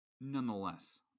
nonetheless